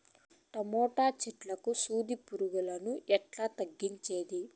Tomato చెట్లకు సూది పులుగులను ఎట్లా తగ్గించేది?